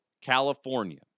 California